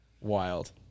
wild